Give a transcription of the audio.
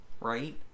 Right